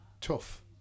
tough